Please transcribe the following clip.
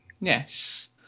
Yes